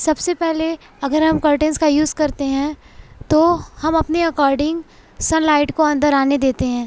سب سے پہلے اگر ہم کرٹنس کا یوز کرتے ہیں تو ہم اپنے اکارڈنگ سن لائٹ کو اندر آنے دیتے ہیں